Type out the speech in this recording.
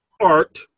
Art